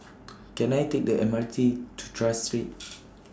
Can I Take The M R T to Tras Street